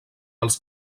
els